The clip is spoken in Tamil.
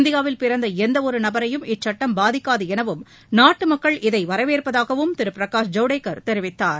இந்தியாவில் பிறந்த எந்தவொரு நபரையும் இச்சட்டம் பாதிக்காது எனவும் நாட்டு மக்கள் இதை வரவேற்பதாகவும் திரு பிரகாஷ் ஜவடேகர் தெரிவித்தார்